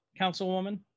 councilwoman